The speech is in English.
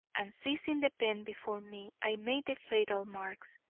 and seizing the pen before me, i made the fatal marks.